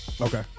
okay